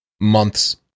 months